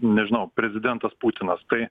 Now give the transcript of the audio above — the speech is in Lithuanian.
nežinau prezidentas putinas tai